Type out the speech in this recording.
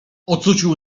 ocucił